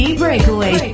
breakaway